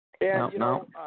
no